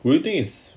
would you think is